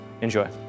Enjoy